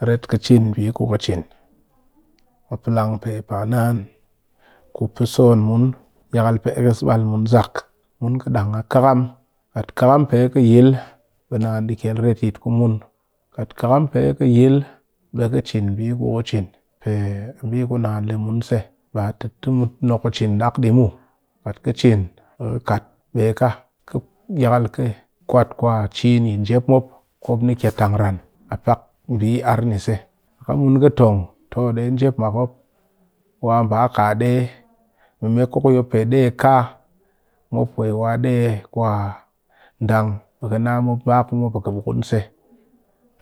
Ret ka cin mbi ku ka cin, a plang pe paa naan ku pe son mun yakal eis bal mun zak, mun ki dang a kham kat kham pe kɨ yil bi naan di kyel retyit ku mun kat khakam pe ki yil be ka cin mbi ku ka cin pe a mbi ku naan le mun se ba ti te mu nok cin dak di muw, kat ka cin bi kɨ kat bee ka yakal ka kwat chin yi njep mop ku mop ni ki tang ran a pak arr ni se kat ka mun ka tong maimako ku yi mop pe ɗe a kaa mop pe wa dee kwa dan ɓe kɨ na mop ba a kɨbukun se